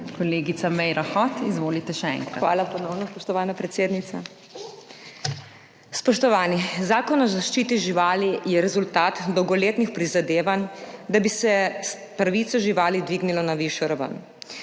Kolegica Meira Hot, izvolite še enkrat. MAG. MEIRA HOT (PS SD): Ponovno hvala, spoštovana predsednica. Spoštovani! Zakon o zaščiti živali je rezultat dolgoletnih prizadevanj, da bi se pravice živali dvignilo na višjo